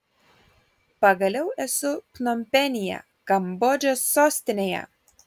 pagaliau esu pnompenyje kambodžos sostinėje